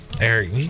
eric